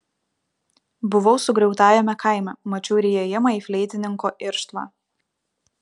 buvau sugriautajame kaime mačiau ir įėjimą į fleitininko irštvą